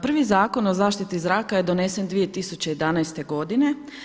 Prvi Zakon o zaštiti zraka je donesen 2011. godine.